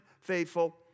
faithful